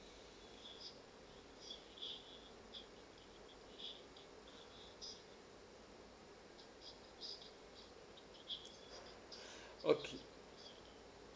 okay